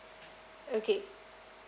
okay